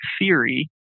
theory